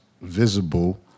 visible